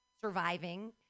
surviving